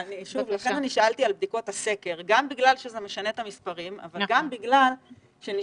לכן שאלתי על בדיקות הסקר גם בגלל שזה משנה את המספרים אבל